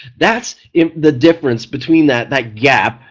that's the difference between that that gap,